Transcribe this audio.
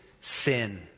sin